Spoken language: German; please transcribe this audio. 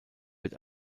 wird